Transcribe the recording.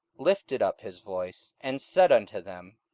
lifted up his voice, and said unto them,